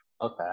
Okay